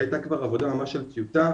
הייתה כבר עבודה של טיוטה,